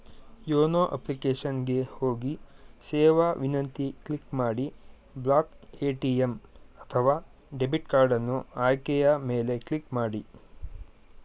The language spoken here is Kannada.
ಯೋನೋ ಅಪ್ಲಿಕೇಶನ್ ಗೆ ಹೋಗಿ ಸೇವಾ ವಿನಂತಿ ಕ್ಲಿಕ್ ಮಾಡಿ ಬ್ಲಾಕ್ ಎ.ಟಿ.ಎಂ ಅಥವಾ ಡೆಬಿಟ್ ಕಾರ್ಡನ್ನು ಆಯ್ಕೆಯ ಮೇಲೆ ಕ್ಲಿಕ್ ಮಾಡಿ